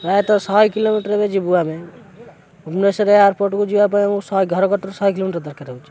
ଶହେ କିଲୋମିଟର ଯିବୁ ଆମେ ଭୁବନେଶ୍ୱର ଏୟାରପୋର୍ଟକୁ ଯିବା ପାଇଁ ଆମକୁ ଶହେ ଘର କତରୁ ଶହେ କିଲୋମିଟର ଦରକାର ହେଉଛି